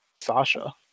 Sasha